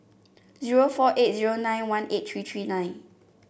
zero four eight zero nine one eight three three nine